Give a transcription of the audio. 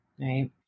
right